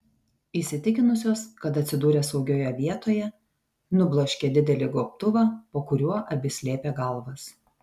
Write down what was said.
įsitikinusios kad atsidūrė saugioje vietoje nubloškė didelį gobtuvą po kuriuo abi slėpė galvas